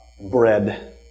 bread